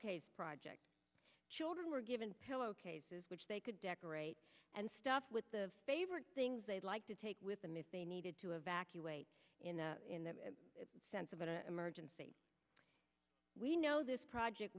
pillowcase project children were given pillowcases which they could decorate and stuffed with the favorite things they like to take with them if they needed to evacuate in the sense of an emergency we know this project